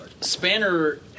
Spanner